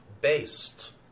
based